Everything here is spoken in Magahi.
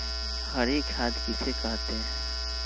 हरी खाद किसे कहते हैं?